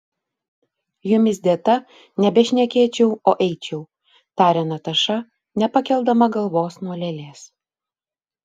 jumis dėta nebešnekėčiau o eičiau tarė nataša nepakeldama galvos nuo lėlės